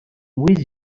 with